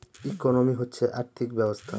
economy হচ্ছে আর্থিক ব্যবস্থা